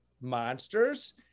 monsters